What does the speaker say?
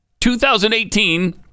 2018